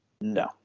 No